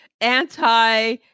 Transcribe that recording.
anti